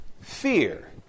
fear